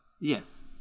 Yes